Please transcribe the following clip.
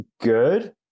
good